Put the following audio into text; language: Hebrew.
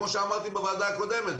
כמו אמרתי בוועדה הקודמת,